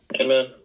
Amen